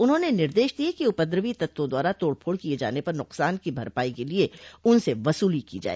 उन्होंने निर्देश दिए कि उपद्रवी तत्वों द्वारा तोड़ फोड़ किए जाने पर नुकसान की भरपाई के लिए उनसे वसूली की जाए